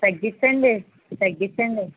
తగ్గిచ్చండి తగ్గిచ్చండి